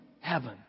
heaven